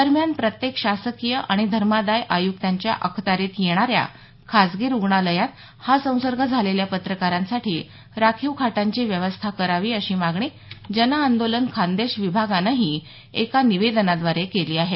दरम्यान प्रत्येक शासकीय आणि धर्मादाय आयुक्तांच्या अखत्यारित येणाऱ्या खासगी रूग्णालयात हा संसर्ग झालेल्या पत्रकांरासाठी राखीव खाटांची व्यवस्था करावी अशी मागणी जन आंदोलन खान्देश विभागानं ही एका निवेदनाद्वारे केली आहे